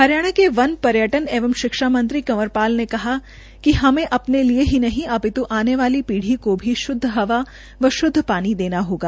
हरियाणा के वन पर्यटन एवं शिक्षा मंत्री कंवरपाल ने कहा है कि हमें अपने लिये ही नहीं अपितु आने वाली पीढ़ी को भी हवा शुद्ध देना होगा